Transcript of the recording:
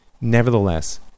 Nevertheless